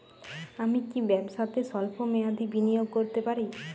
আমি কি ব্যবসাতে স্বল্প মেয়াদি বিনিয়োগ করতে পারি?